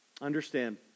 Understand